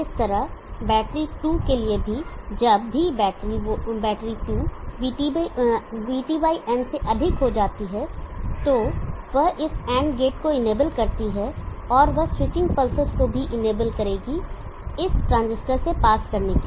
इसी तरह बैटरी 2 के लिए भी जब भी बैटरी 2 VTn से अधिक हो जाती है वह इस एंड गेट को इनेबल करती है और वह स्विचिंग पल्सेस को भी इनेबल करेगी इस ट्रांजिस्टर से पास करने के लिए